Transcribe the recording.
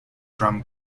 drum